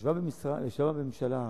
קדימה ישבה בממשלה הקודמת,